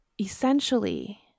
essentially